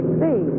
see